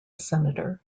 senator